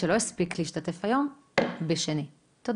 הישיבה ננעלה בשעה 10:59.